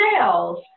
sales